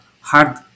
hard